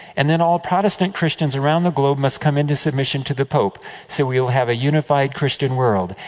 and then all protestant christians around the globe must come into submission to the pope so we will have a unified christian world.